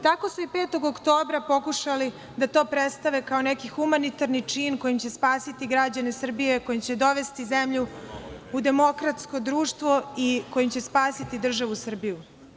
Tako su i 5. oktobra pokušali da to predstave kao neki humanitarni čin kojim će spasiti građane Srbije, koji će dovesti zemlju u demokratsko društvo i kojim će spasiti državu Srbiju.